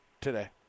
today